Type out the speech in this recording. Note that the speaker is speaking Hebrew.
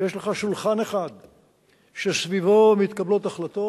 יש לך שולחן אחד שסביבו מתקבלות החלטות